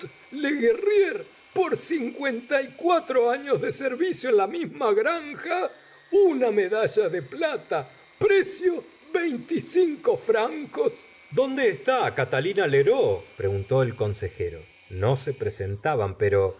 por cincuenta y cuatro años de servicio en la misma granja una medalla de plata precio veinticinco francos dónde está catalina leroux preguntó el consejero no se presentaba pero